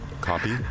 Copy